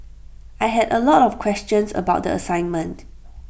I had A lot of questions about the assignment